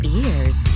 ears